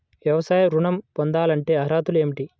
వ్యవసాయ ఋణం పొందాలంటే అర్హతలు ఏమిటి?